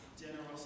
generosity